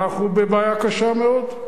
אנחנו בבעיה קשה מאוד.